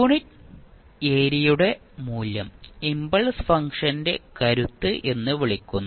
unit ഏരിയയുടെ മൂല്യം impulse ഫംഗ്ഷന്റെ കരുത്ത് എന്ന് വിളിക്കുന്നു